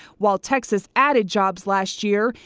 while texas added jobs last year,